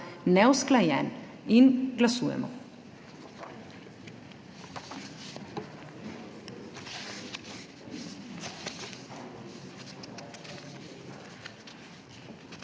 neusklajen in glasujemo